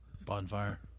Bonfire